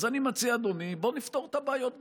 אני מציע, אדוני: בוא נפתור את הבעיות בכלל.